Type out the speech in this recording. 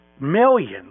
millions